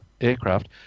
aircraft